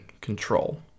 control